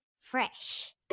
Fresh